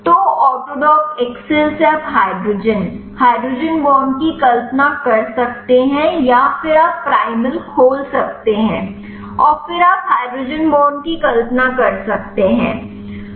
तो AutoDock excel से आप हाइड्रोजन हाइड्रोजन बॉन्ड की कल्पना कर सकते हैं या फिर आप प्राइमल खोल सकते हैं और फिर आप हाइड्रोजन बॉन्ड की कल्पना कर सकते हैं